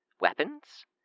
weapons